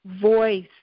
voice